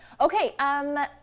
Okay